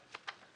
הסיפא.